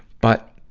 but,